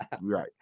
right